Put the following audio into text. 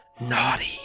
naughty